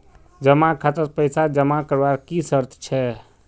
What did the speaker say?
जमा खातात पैसा जमा करवार की शर्त छे?